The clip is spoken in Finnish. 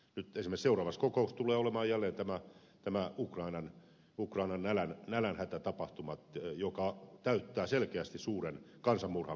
nyt esimerkiksi seuraavassa kokouksessa tulee olemaan jälleen esillä ukrainan nälänhätätapahtuma joka täyttää selkeästi suuren kansanmurhan mittasuhteet